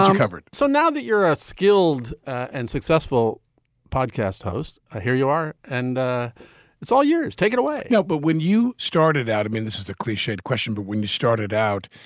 covered. so now that you're a skilled and successful podcast host, ah here you are. and ah it's all yours. take it away no, but when you started out i mean, this is a cliched question, but when you started out,